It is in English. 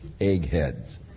eggheads